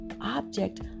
object